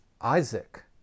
Isaac